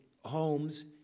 homes